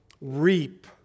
reap